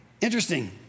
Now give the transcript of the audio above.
Interesting